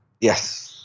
Yes